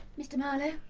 mr marlowe?